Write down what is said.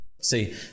See